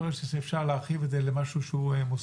יכול להיות שאפשר להרחיב את זה למשהו שהוא מוסדי,